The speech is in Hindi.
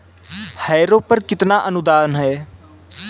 हैरो पर कितना अनुदान है?